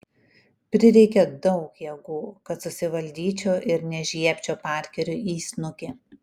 prireikė daug jėgų kad susivaldyčiau ir nežiebčiau parkeriui į snukį